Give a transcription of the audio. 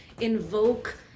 invoke